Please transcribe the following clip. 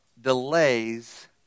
delays